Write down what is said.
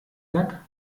sack